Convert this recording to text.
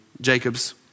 Jacobs